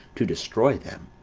to destroy them.